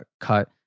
cut